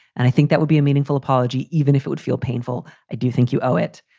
and i think that would be a meaningful apology, even if it would feel painful. i do think you owe it.